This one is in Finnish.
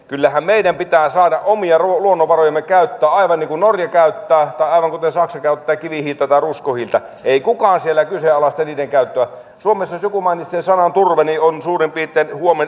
kyllähän meidän pitää saada omia luonnonvarojamme käyttää aivan niin kuin norja käyttää tai aivan kuten saksa käyttää kivihiiltä tai ruskohiiltä ei kukaan siellä kyseenalaista niiden käyttöä jos suomessa joku mainitsee sanan turve niin on suurin piirtein